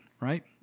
right